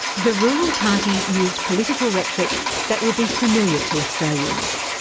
the rural party used political rhetoric that will be familiar to australians.